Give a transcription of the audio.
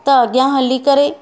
त अॻियां हली करे